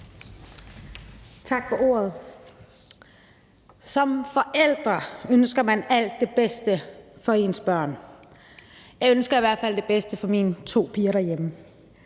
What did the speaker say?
Tak for ordet. Som forælder ønsker man alt det bedste for ens børn. Jeg ønsker i hvert fald det bedste for mine to piger derhjemme.